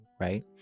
right